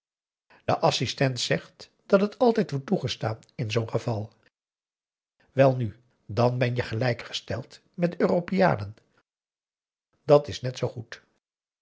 de assistent zegt dat het altijd wordt toegestaan in zoo'n geval welnu dan ben je gelijk gesteld met europeanen dat is net zoo goed